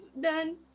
done